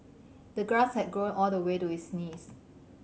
the grass had grown all the way to his knees